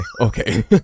okay